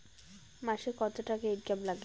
মাসে কত টাকা ইনকাম নাগে?